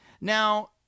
Now